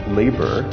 labor